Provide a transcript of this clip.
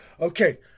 Okay